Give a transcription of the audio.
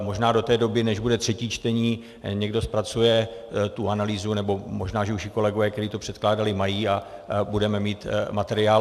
Možná do té doby, než bude třetí čtení, někdo zpracuje tu analýzu, nebo možná už ji kolegové, kteří to předkládali, mají, a budeme mít materiál.